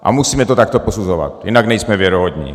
A musíme to takto posuzovat, jinak nejsme věrohodní.